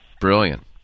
Brilliant